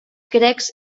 grecs